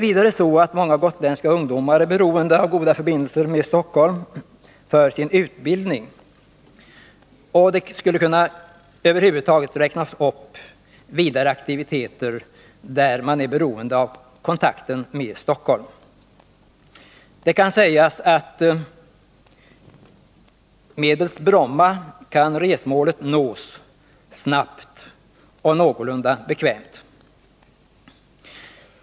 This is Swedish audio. Vidare är många gotländska ungdomar för sin utbildning beroende av goda förbindelser med Stockholm. Jag skulle kunna räkna upp ytterligare aktiviteter där man är beroende av kontakten med Stockholm. Medelst Bromma kan resmålet nås snabbt och någorlunda bekvämt.